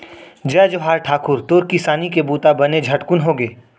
जय जोहार ठाकुर, तोर किसानी के बूता बने झटकुन होगे?